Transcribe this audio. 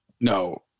no